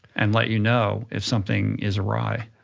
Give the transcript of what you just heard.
and let you know if something is awry.